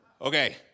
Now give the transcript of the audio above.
Okay